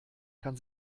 kann